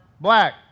black